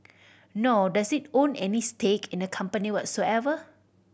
nor does it own any stake in the company whatsoever